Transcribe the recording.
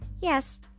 Yes